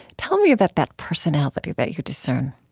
tell me about that personality that you discern